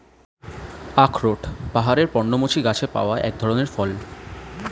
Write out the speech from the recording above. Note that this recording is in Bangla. আখরোট পাহাড়ের পর্ণমোচী গাছে পাওয়া এক ধরনের ফল